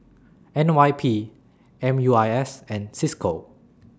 N Y P M U I S and CISCO